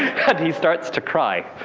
he starts to cry.